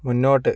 മുന്നോട്ട്